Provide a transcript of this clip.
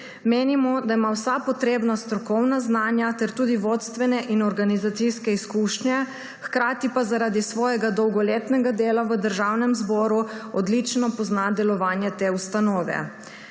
Menimo, da ima vsa potrebna strokovna znanja ter tudi vodstvene in organizacijske izkušnje, hkrati pa zaradi svojega dolgoletnega dela v Državnem zboru odlično pozna delovanje te ustanove.